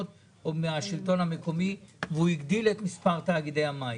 או מהשלטון המקומי והוא הגדיל את מספר תאגידי המים.